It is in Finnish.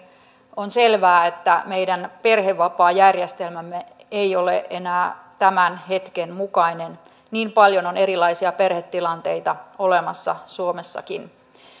on selvää että meidän perhevapaajärjestelmämme ei ole enää tämän hetken mukainen niin paljon on erilaisia perhetilanteita olemassa suomessakin